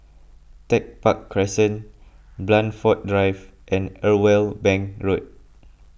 Tech Park Crescent Blandford Drive and Irwell Bank Road